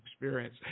experience